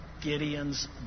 Gideon's